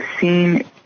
seen